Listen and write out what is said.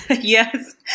yes